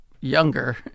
younger